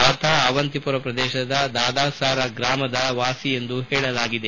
ಆತ ಅವಂತಿಮೋರಾ ಪ್ರದೇಶದ ದಾದ್ಸಾರಾ ಗ್ರಾಮದ ವಾಸಿ ಎಂದು ಹೇಳಲಾಗಿದೆ